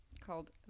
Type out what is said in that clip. called